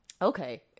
Okay